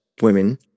women